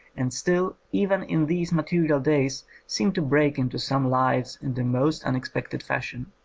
and still even in these material days seem to break into some lives in the most unexpected fashion.